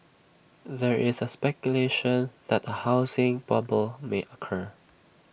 there is speculation that A housing bubble may occur